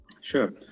Sure